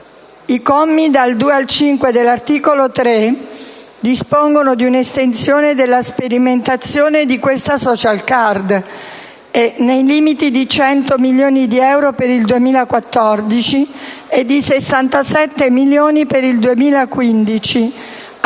I commi dal 2 al 5 dell'articolo 3 dispongono un'estensione della sperimentazione della *social card* nei limiti di 100 milioni di euro per il 2014 e di 67 milioni per il 2015,